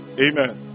Amen